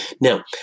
now